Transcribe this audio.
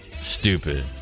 Stupid